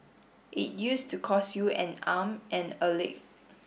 it used to cost you an arm and a leg